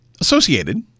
associated